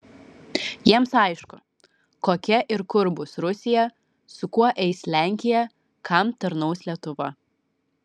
jiems aišku kokia ir kur bus rusija su kuo eis lenkija kam tarnaus lietuva